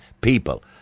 people